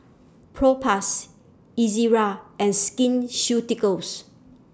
Propass Ezerra and Skin Ceuticals